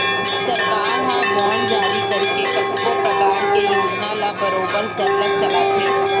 सरकार ह बांड जारी करके कतको परकार के योजना ल बरोबर सरलग चलाथे